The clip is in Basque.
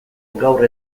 gaur